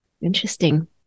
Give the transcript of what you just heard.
Interesting